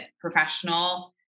professional